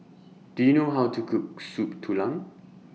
Do YOU know How to Cook Soup Tulang